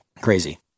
Crazy